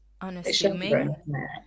unassuming